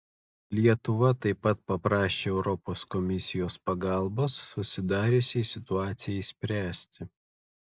lietuva taip pat paprašė europos komisijos pagalbos susidariusiai situacijai spręsti